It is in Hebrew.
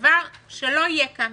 דבר שלא יהיה כאן.